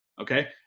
Okay